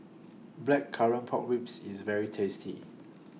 Blackcurrant Pork Ribs IS very tasty